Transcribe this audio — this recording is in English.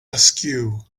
askew